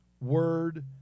word